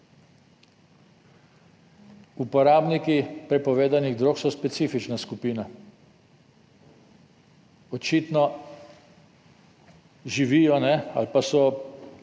Uporabniki prepovedanih drog so specifična skupina, očitno živijo ali pa so